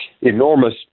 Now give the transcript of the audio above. Enormous